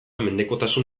mendekotasun